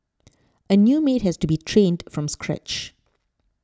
a new maid has to be trained from scratch